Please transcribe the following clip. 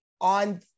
on